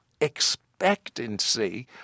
expectancy